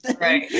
right